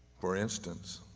for instance,